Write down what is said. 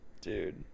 Dude